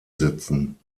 sitzen